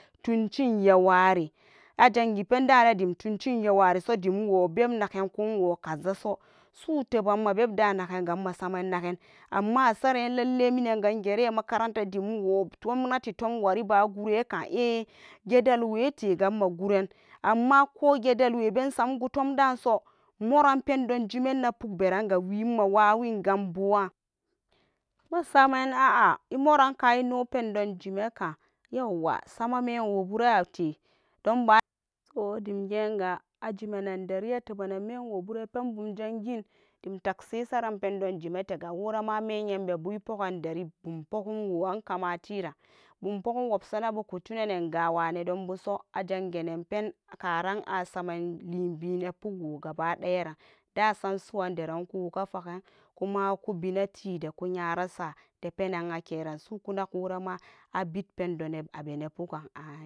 Tuncin yaware ajangi pendanede tuncin yesare so dim iwo beb nagen ko iwo kazaso suteba inma bebda nagangano masamen nagen amma asaren lallai minanga minen gere makaranta dim iwo gwamnati tumwari bagureka eh gyadalwetegan maguren, amma ko gyadalwe be isam gud tumdasa moran pendon jimen na pogberenga we mawawin gam bowan masamen a'a imorenka ino pendon jemeka yawwa sama menwoborante donba, so dimgega ajimenen dori atebenen memwobure penbum jangin din tagsin isaran pendon imtega worama amenyambebu ipogan dari bumpogomwoan kamatiran, bunpogon wobsanabu kupoganyawaso ajanganenpen karan asamen libine pukwogabadayaran dasa suwan deran kuwoga fagen kum kubina tide ku nyara sa de penan akeran sakunagwora ma abid pendon abene pugan amen.